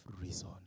reason